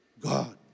God